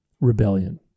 rebellion